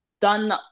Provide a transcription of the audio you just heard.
done